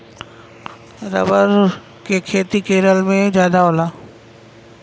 rubber के खेती केरल में जादा होला